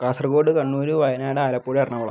Kasaragod Kannur Wayanad Alappuzha Ernakulam